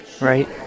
Right